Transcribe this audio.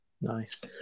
Nice